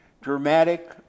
Dramatic